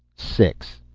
six.